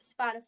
Spotify